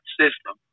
system